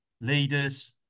leaders